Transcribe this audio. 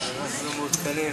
אנחנו מעודכנים.